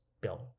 Bill